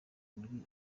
muri